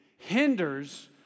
Hinders